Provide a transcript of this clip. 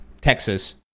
Texas